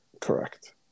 Correct